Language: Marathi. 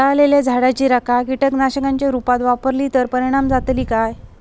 जळालेल्या झाडाची रखा कीटकनाशकांच्या रुपात वापरली तर परिणाम जातली काय?